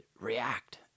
react